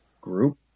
group